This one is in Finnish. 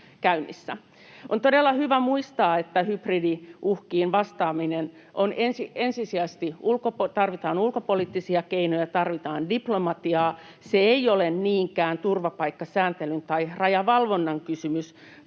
On todella hyvä muistaa, että hybridiuhkiin vastaamisessa tarvitaan ensisijaisesti ulkopoliittisia keinoja, tarvitaan diplomatiaa. Se ei ole niinkään turvapaikkasääntelyn tai rajavalvonnan kysymys,